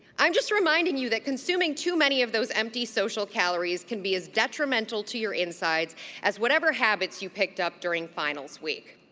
i'm just reminding you that consuming too many of those empty social calories can be as detrimental to your insides as whatever habits you picked up during finals week.